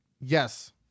Yes